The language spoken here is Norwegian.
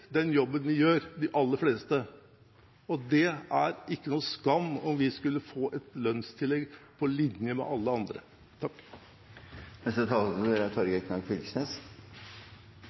den jobben vi gjør. Det er ingen skam om vi skulle få et lønnstillegg på linje med alle andre. Eg vil takke representanten Jegstad for å delta i debatten og presentere det som etter hans meining er